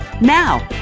Now